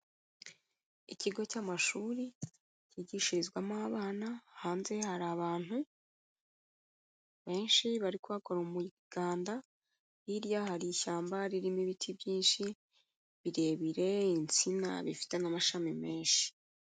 Ikigo cy'amashuri cyigishirizwamo abana, hanze hari abantu benshi bari kuhakora umuganda, hirya hari ishyamba ririmo ibiti byinshi, birebire, insina bifite n'amashami menshi.